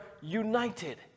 united